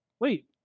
Wait